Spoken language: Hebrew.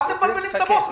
מה אתם מבלבלים את המוח?